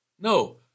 No